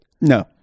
No